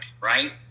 right